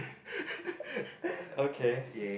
okay